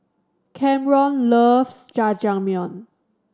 Kamron loves Jajangmyeon